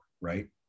right